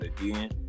again